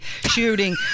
shooting